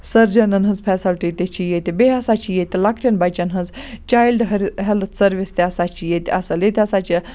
سرجَنَن ہٕنٛز فیسَلٹی تہِ چھِ ییٚتہِ بییٚہِ ہَسا چھِ ییٚتہِ لۅکٹیٚن بَچَن ہٕنٛز چایلڈ ہیٚرٕ ہیٚلتھ سٔروِس تہِ ہَسا چھِ ییٚتہِ اصٕل ییٚتہِ ہَسا چھِ